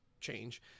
change